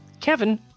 Kevin